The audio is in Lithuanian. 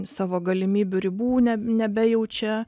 savo galimybių ribų ne nebejaučia